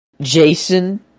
Jason